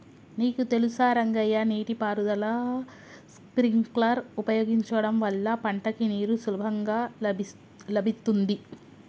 నీకు తెలుసా రంగయ్య నీటి పారుదల స్ప్రింక్లర్ ఉపయోగించడం వల్ల పంటకి నీరు సులభంగా లభిత్తుంది